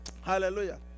hallelujah